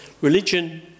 religion